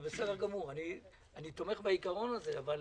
זה בסדר גמור, אני תומך בעיקרון הזה, אבל